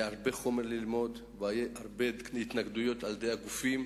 היה הרבה חומר ללמוד והיו הרבה התנגדויות של הגופים.